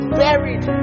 buried